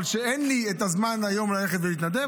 אבל אין לי היום את הזמן ללכת ולהתנדב,